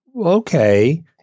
okay